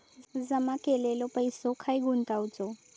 जमा केलेलो पैसो खय गुंतवायचो?